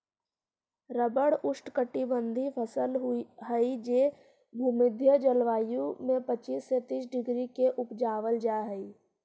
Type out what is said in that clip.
rubber ऊष्णकटिबंधी फसल हई जे भूमध्य जलवायु में पच्चीस से तीस डिग्री में उपजावल जा हई